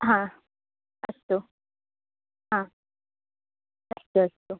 हा अस्तु हाअस्तु अस्तु